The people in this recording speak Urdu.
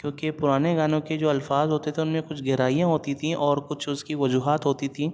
کیونکہ پرانے گانوں کے جو الفاظ ہوتے تھے ان میں کچھ گہرائیاں ہوتی تھیں اور کچھ اس کی وجوہات ہوتی تھیں